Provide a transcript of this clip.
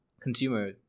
consumer